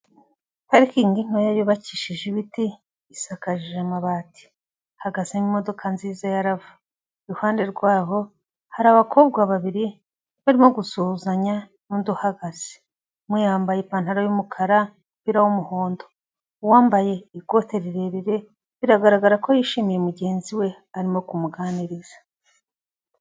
Parikingi ntoya yubakishije ibiti isakaje amabati, hagaze mu modoka nziza ya rava, iruhande rwabo hari abakobwa babiri barimo gusuhuzanya n'undi uhagaze umwe yambaye ipantaro y'umukara umupira w'umuhondo, uwambaye ikote rirerire biragaragara ko yishimiye mugenzi we arimo kumuganiriza